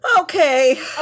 Okay